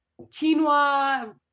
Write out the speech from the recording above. Quinoa